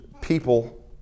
people